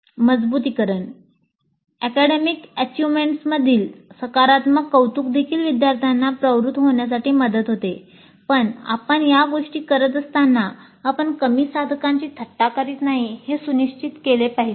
मजबुतीकरण सकारात्मक कौतुक देखील विद्यार्थीना प्रवृत्त होण्यासाठी मदत होते पण आपण या गोष्टी करत असताना आपण कमी साधकांची थट्टा करीत नाही हे सुनिश्चित केले पाहिजे